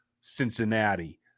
Cincinnati